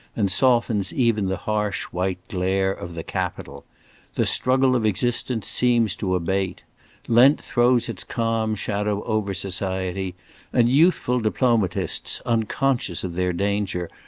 and softens even the harsh white glare of the capitol the struggle of existence seems to abate lent throws its calm shadow over society and youthful diplomatists, unconscious of their danger,